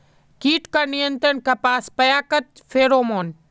कीट का नियंत्रण कपास पयाकत फेरोमोन?